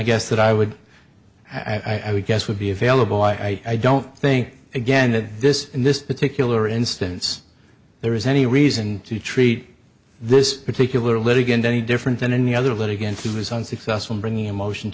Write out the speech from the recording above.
guess that i would i would guess would be available i don't think again that this in this particular instance there is any reason to treat this particular litigant any different than any other litigant he was unsuccessful in bringing a motion